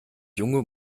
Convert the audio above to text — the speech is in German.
junge